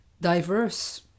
diverse